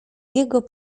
jego